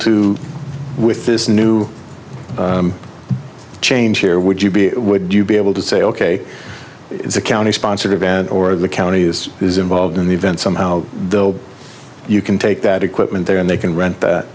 to with this new change here would you be would you be able to say ok it's a county sponsored event or the county is is involved in the event somehow you can take that equipment there and they can rent that